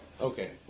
Okay